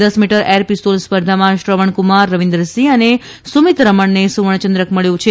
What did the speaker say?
દસ metre air pistol સ્પર્ધામાં શ્રવણકુમાર રવિન્દરસિંહ અને સુમીત રમણને સુવર્ણચંદ્રક મળ્યો છે